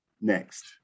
next